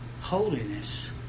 Holiness